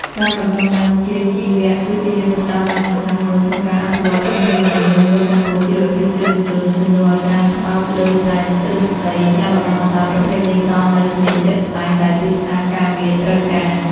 ការបណ្តុះបណ្តាលវិជ្ជាជីវៈ គឺជាយុទ្ធសាស្ត្រដ៏សំខាន់មួយក្នុងការអភិវឌ្ឍធនធានមនុស្ស និងលើកកម្ពស់ជីវភាពយុវជន។ ជំនួសឱ្យការផ្តោតលើតែទ្រឹស្តី ការបណ្តុះបណ្តាលប្រភេទនេះផ្តល់នូវជំនាញជាក់ស្តែងដែលទីផ្សារការងារត្រូវការ។